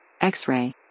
X-ray